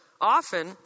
often